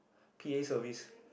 p_a service